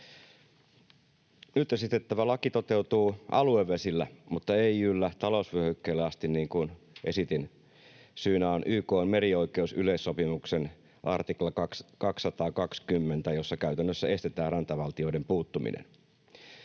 Nyt esitettävä laki toteutuu aluevesillä, mutta ei yllä talousvyöhykkeelle asti, niin kuin esitin. Syynä on YK:n merioikeusyleissopimuksen artikla 220, jossa käytännössä estetään rantavaltioiden puuttuminen.